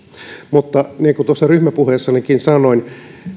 mutta niin kuin ryhmäpuheessanikin sanoin